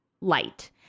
light